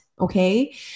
Okay